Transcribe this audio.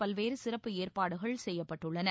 பல்வேறு சிறப்பு ஏற்பாடுகள் செய்யப்பட்டுள்ளன